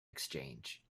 exchange